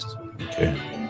Okay